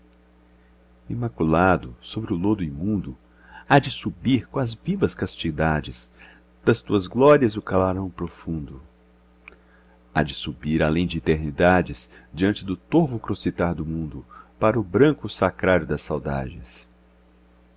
imaculado sobre o lodo imundo há de subir com as vivas castidades das tuas glórias o clarão profundo há de subir além de eternidades diante do torvo crocitar do mundo para o branco sacrário das saudades